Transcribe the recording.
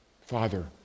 Father